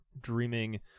dreaming